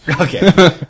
Okay